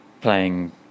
playing